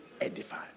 edify